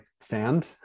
sand